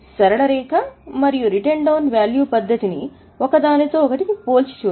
సరళ రేఖ మరియు రిటెన్ డౌన్ వాల్యూ పద్ధతిని ఒక దానితో ఒకటిని పోల్చి చూడండి